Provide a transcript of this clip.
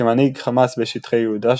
כמנהיג חמאס בשטחי יהודה,